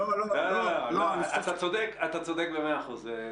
ליאור, אתה צודק במאה אחוז.